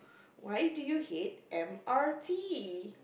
why do you hate M_R_T